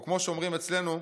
או כמו שאומרים אצלנו: